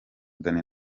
dany